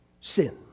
sin